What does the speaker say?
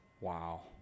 Wow